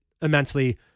immensely